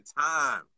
time